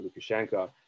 Lukashenko